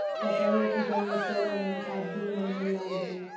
कटाई आ पिटाई में त महीना आ दु महीना लाग जाला